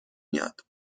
میاد